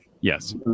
yes